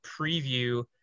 preview